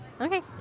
Okay